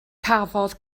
cafodd